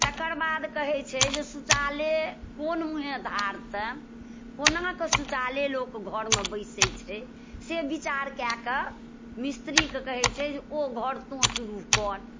तकर बाद कहै छै जे शौचालय कोन मूँहेँ धारतनि कोना कऽ शौचालय लोक घरमे बैसैत छै से विचार कए कऽ मिस्त्रीकेँ कहै छै जे ओ घर तोँ शुरू कर